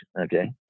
Okay